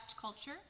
culture